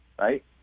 right